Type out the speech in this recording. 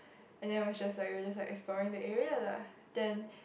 and then we just we just like exploring the area lah then